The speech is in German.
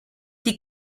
die